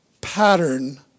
pattern